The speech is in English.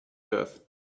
earth